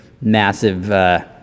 massive